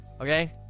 Okay